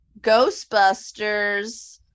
Ghostbusters